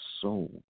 soul